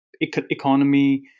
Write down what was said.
economy